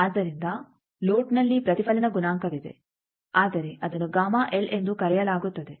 ಆದ್ದರಿಂದ ಲೋಡ್ನಲ್ಲಿ ಪ್ರತಿಫಲನ ಗುಣಾಂಕವಿದೆ ಆದರೆ ಅದನ್ನು ಎಂದು ಕರೆಯಲಾಗುತ್ತದೆ